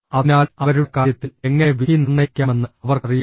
അതിനാൽ അവരുടെ കാര്യത്തിൽ എങ്ങനെ വിധി നിർണ്ണയിക്കാമെന്ന് അവർക്കറിയാം